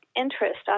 interest